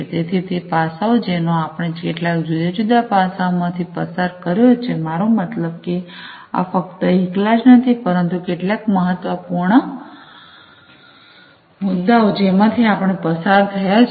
તેથી તે પાસાઓ જેનો આપણે કેટલાક જુદા જુદા પાસાઓમાંથી પસાર કર્યો છે મારો મતલબ કે આ ફક્ત એકલા જ નથી પરંતુ કેટલાક મહત્વપૂર્ણ મુદ્દાઓ જેમાંથી આપણે પસાર થયા છીએ